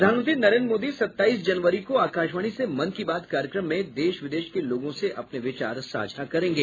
प्रधानमंत्री नरेन्द्र मोदी सत्ताईस जनवरी को आकाशवाणी से मन की बात कार्यक्रम में देश विदेशों के लोगों से अपने विचार साझा करेंगे